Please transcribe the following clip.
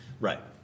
Right